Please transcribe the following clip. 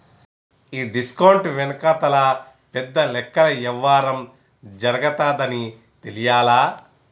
ఈ డిస్కౌంట్ వెనకాతల పెద్ద లెక్కల యవ్వారం జరగతాదని తెలియలా